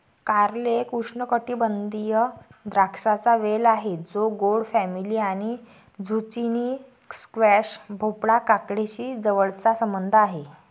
कारले एक उष्णकटिबंधीय द्राक्षांचा वेल आहे जो गोड फॅमिली आणि झुचिनी, स्क्वॅश, भोपळा, काकडीशी जवळचा संबंध आहे